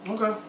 Okay